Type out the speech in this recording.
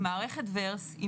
מערכת וירס היא